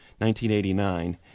1989